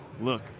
look